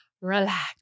RELAX